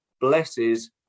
blesses